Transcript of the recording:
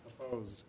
Opposed